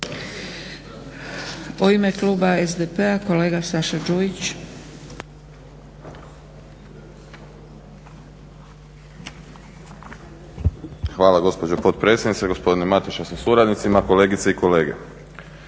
Hvala gospođo potpredsjednice, gospodine Mateša sa suradnicima, kolegice i kolege.